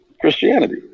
Christianity